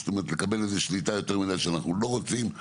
זאת אומרת לקבל איזה שליטה יותר מידי שאנחנו לא רוצים.